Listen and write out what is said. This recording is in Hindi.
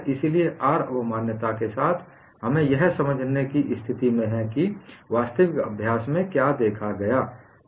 इसलिए R वक्र अवमान्यता के साथ हम यह समझाने की स्थिति में हैं कि वास्तविक अभ्यास में क्या देखा गया है